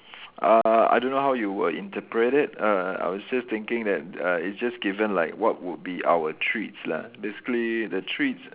uh I don't know how you would interpret it uh I was just thinking that uh it's just given like what would be our treats lah basically the treats